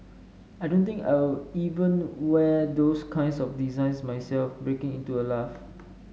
I don't think I'll even wear those kinds of designs myself breaking into a laugh